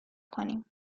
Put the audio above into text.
کنیم